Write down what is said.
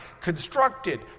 constructed